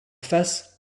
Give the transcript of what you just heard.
face